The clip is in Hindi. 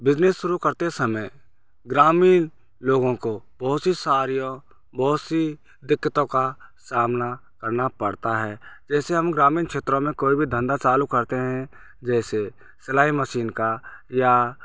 बिज़नेस शुरू करते समय ग्रामीण लोगों को बहुत सी सारियों बहुत सी दिक्कतों का सामना पड़ता है जैसे हम ग्रामीण क्षेत्रों कोई भी धंधा चालू करते हैं जैसे सिलाई मसीन का